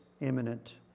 imminent